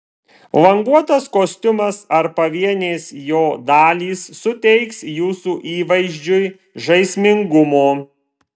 languotas kostiumas ar pavienės jo dalys suteiks jūsų įvaizdžiui žaismingumo